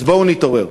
אז בואו נתעורר.